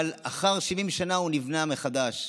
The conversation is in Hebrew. אבל אחרי 70 שנה הוא נבנה מחדש,